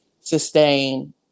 sustain